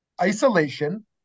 Isolation